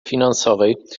finansowej